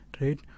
right